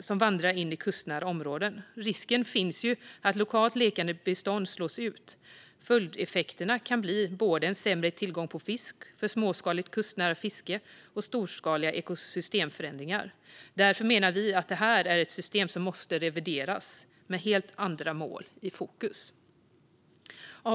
som vandrar in i kustnära områden. Risken finns att lokalt lekande bestånd slås ut. Följdeffekterna kan bli både sämre tillgång på fisk för småskaligt kustnära fiske och storskaliga ekosystemförändringar. Därför menar vi att detta system måste revideras med helt andra mål i fokus. Herr talman!